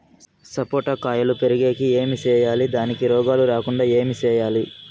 సపోట కాయలు పెరిగేకి ఏమి సేయాలి దానికి రోగాలు రాకుండా ఏమి సేయాలి?